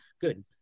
Good